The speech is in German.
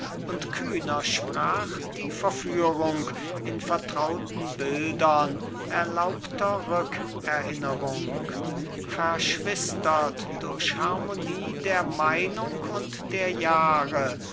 und kühner sprach die verführung in vertrauten bildern erlaubter rückerinnerung verschwistert durch harmonie der meinung und der jahre